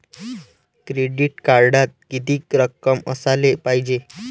Credit कार्डात कितीक रक्कम असाले पायजे?